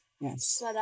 yes